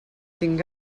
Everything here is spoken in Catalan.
tinc